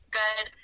good